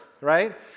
Right